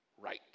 right